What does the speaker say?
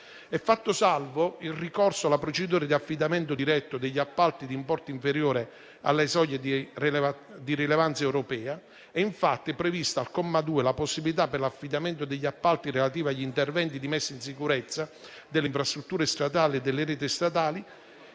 fatto salvo il ricorso alla procedura di affidamento diretto degli appalti di importo inferiore alle soglie di rilevanza europea. È infatti prevista al comma 2 la possibilità, per l'affidamento degli appalti relativi agli interventi di messa in sicurezza delle infrastrutture stradali e delle reti stradali,